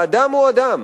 ואדם הוא אדם,